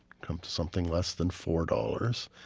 comes to something less than four dollars.